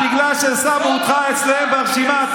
רק בגלל ששמו אותך אצלם ברשימה,